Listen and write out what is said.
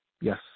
yes